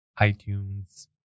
iTunes